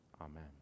Amen